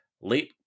late